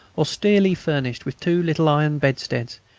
austerely furnished with two little iron bedsteads,